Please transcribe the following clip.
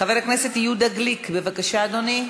חבר הכנסת יהודה גליק, בבקשה, אדוני.